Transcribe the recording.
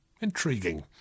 Intriguing